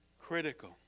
Critical